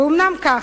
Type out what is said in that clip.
ואומנם כך,